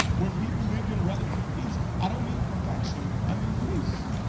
where people lived in relative peace, i don't mean perfection, i mean peace.